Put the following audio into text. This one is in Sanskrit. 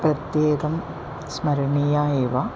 प्रत्येकं स्मरणीया एव